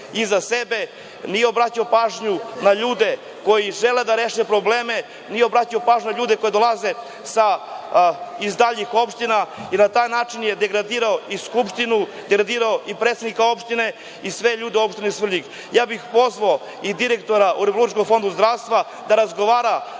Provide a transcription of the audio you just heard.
iza sebe, nije obraćao pažnju na ljude koji žele da reše probleme, nije obraćao pažnju na ljude koji dolaze iz daljih opština i na taj način je degradirao i Skupštinu, degradirao i predsednika opštine i sve ljude opštine Svrljig. Ja bih pozvao i direktora RFZO da razgovara